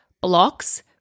blocks